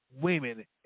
women